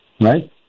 right